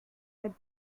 with